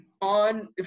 on